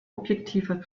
objektiver